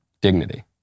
dignity